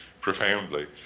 profoundly